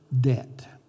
debt